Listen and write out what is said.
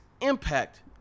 impact